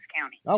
County